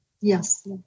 Yes